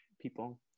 people